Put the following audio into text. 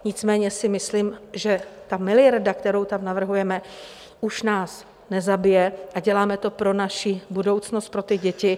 Nicméně si myslím, že miliarda, kterou tam navrhujeme, už nás nezabije a děláme to pro naši budoucnost, pro děti.